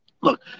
look